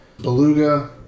beluga